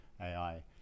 AI